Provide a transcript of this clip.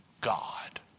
God